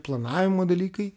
planavimo dalykai